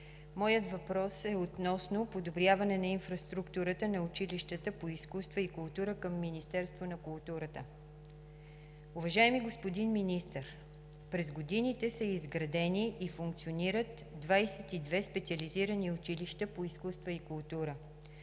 Моят въпрос е относно подобряване на инфраструктурата на училищата по изкуства и култура към Министерството на културата. Уважаеми господин Министър, през годините са изградени и функционират 22 специализирани училища по изкуства и култура.